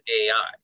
AI